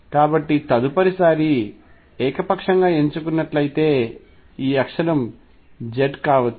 కాబట్టి తదుపరిసారి ఏకపక్షంగా ఎంచుకున్నట్లయితే ఈ అక్షం z అక్షం కావచ్చు